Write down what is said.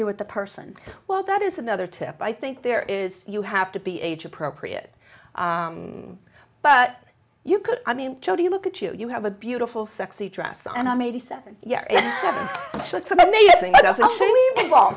do it the person well that is another tip i think there is you have to be age appropriate but you could i mean do you look at you you have a beautiful sexy dress and i'm eighty seven ye